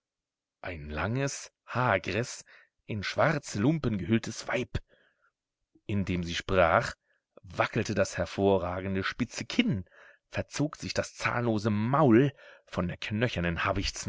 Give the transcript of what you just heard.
ein langes hagres in schwarze lumpen gehülltes weib indem sie sprach wackelte das hervorragende spitze kinn verzog sich das zahnlose maul von der knöchernen